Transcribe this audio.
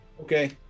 Okay